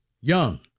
Young